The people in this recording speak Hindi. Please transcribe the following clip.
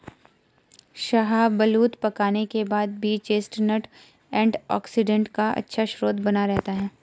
शाहबलूत पकाने के बाद भी चेस्टनट एंटीऑक्सीडेंट का अच्छा स्रोत बना रहता है